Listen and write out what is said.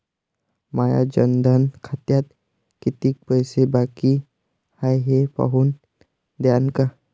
माया जनधन खात्यात कितीक पैसे बाकी हाय हे पाहून द्यान का?